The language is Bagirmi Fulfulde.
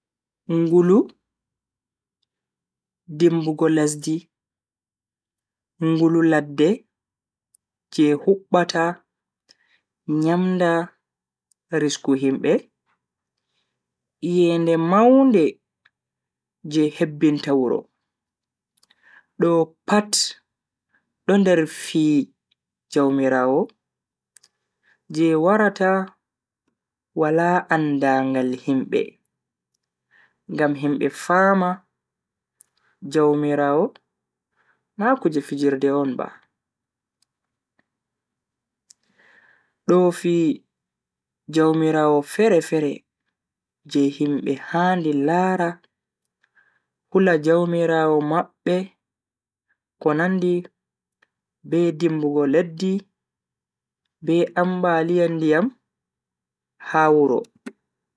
Ngulu, dimbugo lesdi, ngulu ladde je hubbata nyamda risku himbe, iyende maunde je hebbinta wuro. Do pat do nder fii jaumiraawo je warata wala andangal himbe ngam himbe fama jaumiraawo na kuje fijirde on ba. Do fii jaumiraawo fere-fere je himbe handi lara hula jaumiraawo mabbe ko nandi be dimbugo leddi be ambaliya ndiyam ha wuro.